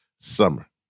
summer